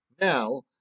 Now